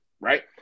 right